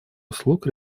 услуг